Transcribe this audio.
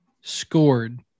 scored